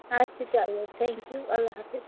اَچھا چلو thank you اَللہ حافِظ